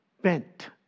bent